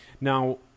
Now